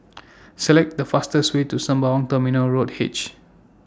Select The fastest Way to Sembawang Terminal Road H